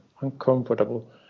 uncomfortable